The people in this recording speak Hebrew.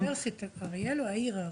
אוניברסיטת אריאל או העיר אריאל?